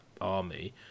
army